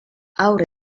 haur